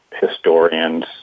historians